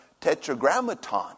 tetragrammaton